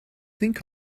think